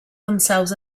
themselves